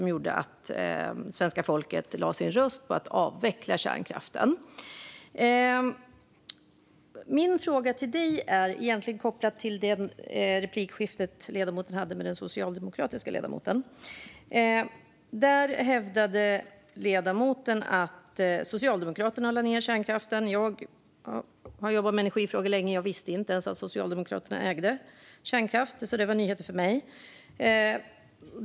Det gjorde att svenska folket lade sin röst på att avveckla kärnkraften. Min fråga är egentligen kopplad till det replikskifte som ledamoten hade med den socialdemokratiska ledamoten. Där hävdade ledamoten att Socialdemokraterna lade ned kärnkraften. Jag har jobbat med energifrågor länge. Jag visste inte ens att Socialdemokraterna ägde kärnkraft. Det var nyheter för mig.